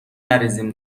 نریزیم